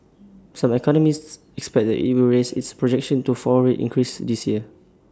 some economists expect that IT will raise its projection to four rate increases this year